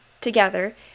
together